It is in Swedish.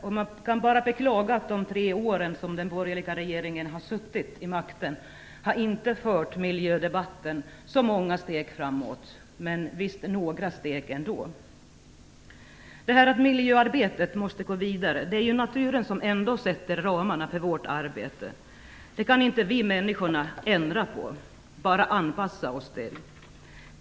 Vi kan bara beklaga att de tre år som den borgerliga regeringen har suttit vid makten inte har fört miljödebatten så många steg framåt. Men några steg har det ändå blivit. När det gäller detta att miljöarbetet måste gå vidare är det ju naturen som sätter ramarna för vårt arbete. Det kan inte vi människor ändra på. Vi kan bara anpassa oss till det.